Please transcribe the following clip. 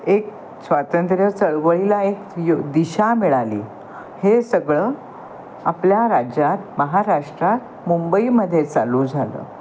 एक स्वातंत्र्य चळवळीला एक य दिशा मिळाली हे सगळं आपल्या राज्यात महाराष्ट्रात मुंबईमध्ये चालू झालं